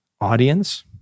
audience